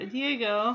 Diego